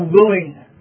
willing